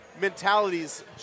mentalities